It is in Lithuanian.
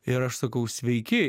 ir aš sakau sveiki